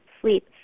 sleep